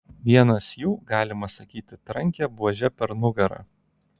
vienas jų galima sakyti trankė buože per nugarą